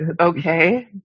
okay